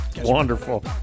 Wonderful